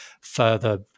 further